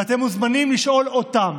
ואתם מוזמנים לשאול אותם